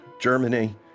Germany